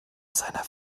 seiner